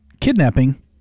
kidnapping